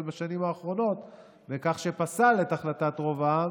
בשנים האחרונות בכך שפסל את החלטת רוב העם